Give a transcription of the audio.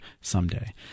someday